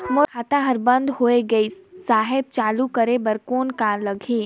मोर खाता हर बंद होय गिस साहेब चालू करे बार कौन का लगही?